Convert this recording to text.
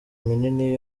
minini